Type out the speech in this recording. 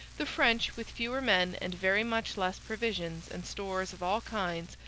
the french, with fewer men and very much less provisions and stores of all kinds,